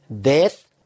death